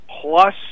plus